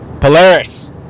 Polaris